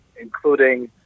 including